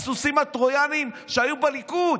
הסוסים הטרויאניים שהיו בליכוד,